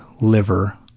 liver